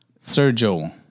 Sergio